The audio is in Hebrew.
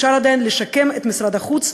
אפשר עדיין לשקם את משרד החוץ,